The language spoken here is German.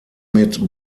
mit